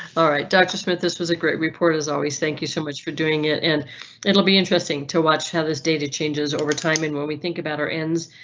alright, doctor smith, this was a great report. report. as always. thank you so much for doing it and it will be interesting to watch how this data changes overtime. and when we think about our ends,